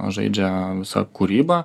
žaidžia visa kūryba